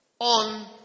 on